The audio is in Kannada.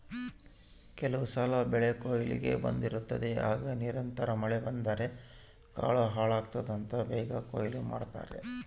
ಕೆಲವುಸಲ ಬೆಳೆಕೊಯ್ಲಿಗೆ ಬಂದಿರುತ್ತದೆ ಆಗ ನಿರಂತರ ಮಳೆ ಬಂದರೆ ಕಾಳು ಹಾಳಾಗ್ತದಂತ ಬೇಗ ಕೊಯ್ಲು ಮಾಡ್ತಾರೆ